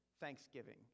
thanksgiving